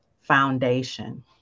Foundation